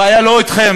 הבעיה לא אתכם,